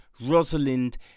Rosalind